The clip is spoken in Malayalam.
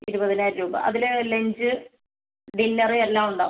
ഇരുപതിനായിരം രൂപ അതില് ലഞ്ച് ഡിന്നറ് എല്ലാം ഉണ്ടാവും